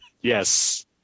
Yes